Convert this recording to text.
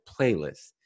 playlist